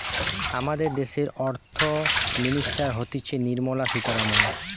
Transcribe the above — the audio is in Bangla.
আমাদের দ্যাশের অর্থ মিনিস্টার হতিছে নির্মলা সীতারামন